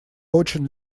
очень